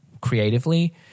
creatively